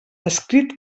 escrit